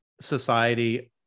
society